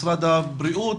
משרד הבריאות?